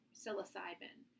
psilocybin